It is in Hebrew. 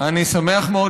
אני שמח מאוד